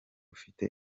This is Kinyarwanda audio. ufite